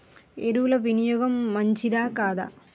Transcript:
ఎరువుల వినియోగం మంచిదా కాదా?